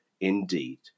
indeed